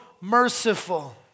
merciful